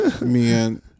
Man